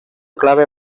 clave